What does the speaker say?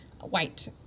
white